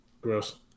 gross